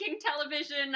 television